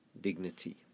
dignity